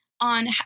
on